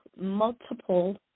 multiple